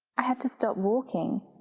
i had to stop walking.